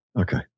okay